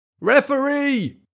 Referee